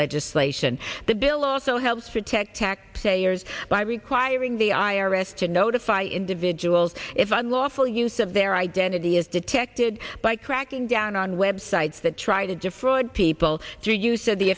legislation the bill also helps protect taxpayers by requiring the i r s to notify individuals if unlawful use of their identity is detected by cracking down on websites that try to defraud people do you said the